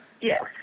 Yes